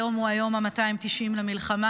היום הוא היום ה-290 למלחמה,